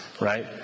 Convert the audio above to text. right